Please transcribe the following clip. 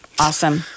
Awesome